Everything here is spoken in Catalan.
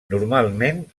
normalment